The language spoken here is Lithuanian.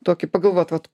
tokį pagalvot vat